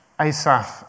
Asaph